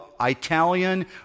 Italian